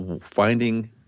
finding